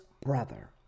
brother